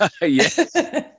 Yes